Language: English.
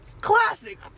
classic